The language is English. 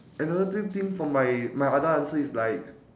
another thing for my my other answer is like